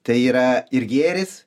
tai yra ir gėris